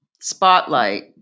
spotlight